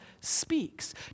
speaks